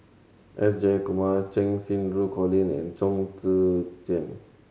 S Jayakumar Cheng Xinru Colin and Chong Tze Chien